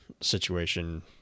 situation